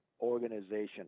organization